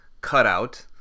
cutout